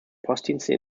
postdienste